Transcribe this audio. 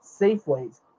safeways